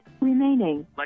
remaining